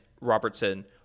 Robertson